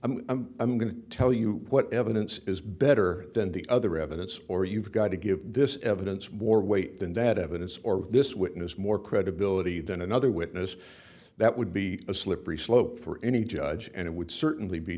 i'm i'm i'm going to tell you what evidence is better than the other evidence or you've got to give this evidence more weight than that evidence or this witness more credibility than another witness that would be a slippery slope for any judge and it would certainly be